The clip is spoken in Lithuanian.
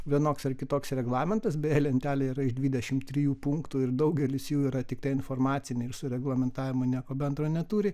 vienoks ar kitoks reglamentas beje lentelė yra iš dvidešimt trijų punktų ir daugelis jų yra tiktai informaciniai ir su reglamentavimu nieko bendro neturi